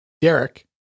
Derek